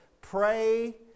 pray